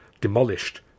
demolished